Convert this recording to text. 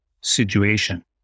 situation